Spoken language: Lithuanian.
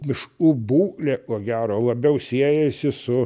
miškų būklė ko gero labiau siejasi su